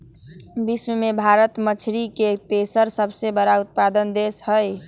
विश्व में भारत मछरी के तेसर सबसे बड़ उत्पादक देश हई